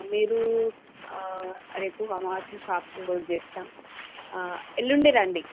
మీరు రేపు అమావాస్య షాప్ క్లోజ్ చేస్తాం ఎల్లుండి రండీ